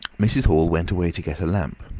mrs. hall went away to get a lamp,